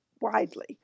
widely